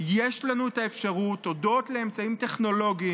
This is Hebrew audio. יש לנו את האפשרות, הודות לאמצעים טכנולוגיים,